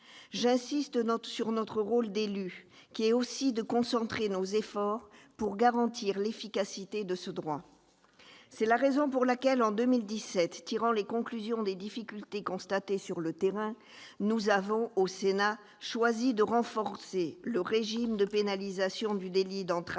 J'insiste sur notre rôle d'élu qui consiste aussi à concentrer nos efforts pour garantir l'efficacité de ce droit. C'est la raison pour laquelle, en 2017, tirant les conclusions des difficultés constatées sur le terrain, le Sénat a choisi de renforcer le régime de pénalisation du délit d'entrave